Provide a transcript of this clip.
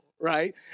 right